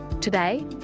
Today